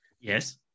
Yes